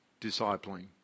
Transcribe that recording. discipling